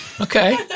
Okay